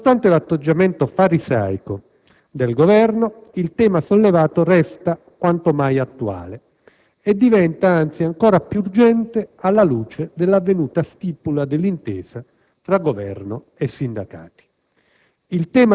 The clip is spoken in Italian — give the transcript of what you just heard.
nonostante l'atteggiamento farisaico del Governo, il tema sollevato resta quanto mai attuale e diventa, anzi, ancora più urgente alla luce dell'avvenuta stipula dell'intesa tra Governo e sindacati.